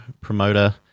promoter